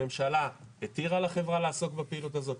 הממשלה התירה לחברה לעסוק בפעילות הזאת,